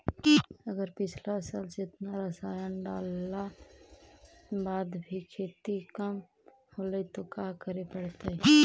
अगर पिछला साल जेतना रासायन डालेला बाद भी खेती कम होलइ तो का करे पड़तई?